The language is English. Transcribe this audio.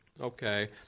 Okay